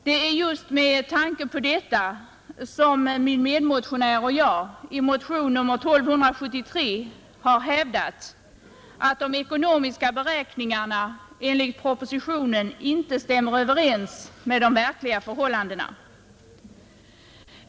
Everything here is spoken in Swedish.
Det är just med tanke på detta som min medmotionär och jag i motionen 1273 har hävdat att de ekonomiska beräkningarna enligt propositionen inte stämmer överens med de verkliga förhållandena.